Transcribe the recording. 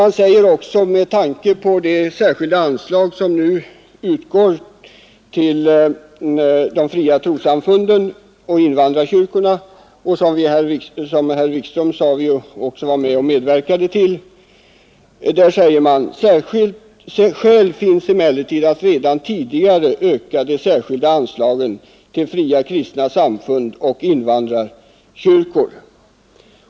Man säger också, med tanke på det särskilda anslag som nu utgår till de fria trossamfunden och invandrarkyrkorna — herr Wikström nämnde detta och talade om att vi också medverkat till det — att det finns skäl att öka anslagen till fria kristna samfund och invandrarkyrkor.